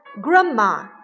Grandma